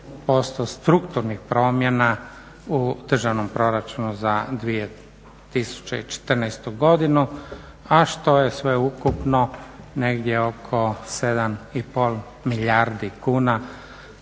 2,3% strukturnih promjena u državnom proračunu za 2014. godinu a što je sveukupno negdje oko 7,5 milijardi kuna